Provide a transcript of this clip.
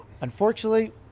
Unfortunately